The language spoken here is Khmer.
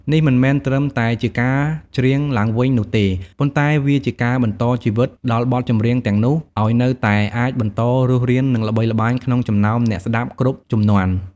នេះមិនមែនត្រឹមតែជាការច្រៀងឡើងវិញនោះទេ ប៉ុន្តែវាជាការ បន្តជីវិត ដល់បទចម្រៀងទាំងនោះ ឲ្យនៅតែអាចបន្តរស់រាន និងល្បីល្បាញក្នុងចំណោមអ្នកស្តាប់គ្រប់ជំនាន់។